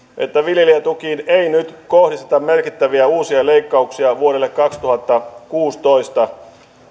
että viljelijätukiin ei nyt kohdisteta merkittäviä uusia leikkauksia vuodelle kaksituhattakuusitoista